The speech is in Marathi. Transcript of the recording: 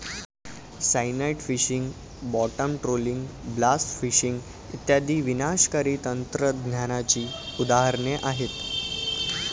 cyanide fishing, bottom trawling, blast fishing इत्यादी विनाशकारी तंत्रज्ञानाची उदाहरणे आहेत